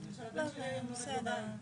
אם זה עבודה בקבוצות,